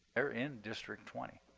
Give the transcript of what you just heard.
they're in district twenty.